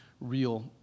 real